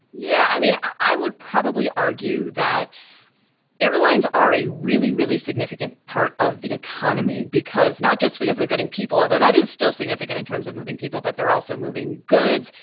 yeah, i mean, i would probably argue that airlines are a really, really significant part of the economy because not just because they're getting people, although that is still significant in terms of moving people, but they're also moving goods.